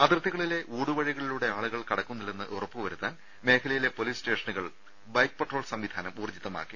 അതിർത്തികളിലെ ആളുകൾ കടക്കുന്നില്ലെന്ന് ഉറപ്പുവരുത്താൻ മേഖലയിലെ പൊലീസ് സ്റ്റേഷനുകൾ ബൈക്ക് പട്രോൾ സംവിധാനം ഊർജ്ജിതമാക്കി